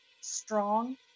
strong